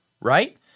right